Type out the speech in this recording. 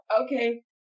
Okay